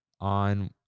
On